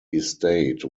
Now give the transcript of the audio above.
estate